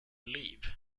leave